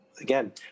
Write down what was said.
again